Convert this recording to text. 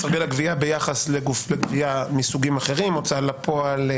סרגל הגבייה ביחס לגופי גבייה מסוגים אחרים הוצאה לפועל,